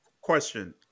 question